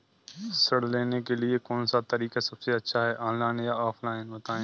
ऋण लेने के लिए कौन सा तरीका सबसे अच्छा है ऑनलाइन या ऑफलाइन बताएँ?